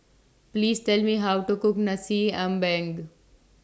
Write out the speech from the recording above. Please Tell Me How to Cook Nasi Ambeng